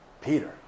Peter